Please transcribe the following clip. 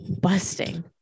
busting